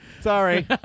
Sorry